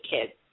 kids